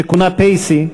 שכונה "פייסי",